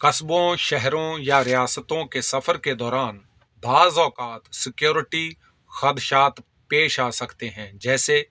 قصبوں شہروں یا ریاستوں کے سفر کے دوران بعض اوقات سکیورٹی خدشات پیش آ سکتے ہیں جیسے